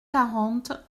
quarante